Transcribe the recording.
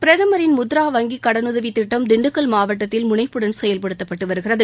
பிரதமரின் முத்ரா வங்கிக் கடனுதவி திட்டம் திண்டுக்கல் மாவட்டத்தில் முனைப்புடன் செயல்படுத்தப்பட்டு வருகிறது